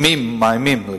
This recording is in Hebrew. מאיימים בהגשה.